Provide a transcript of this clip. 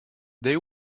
they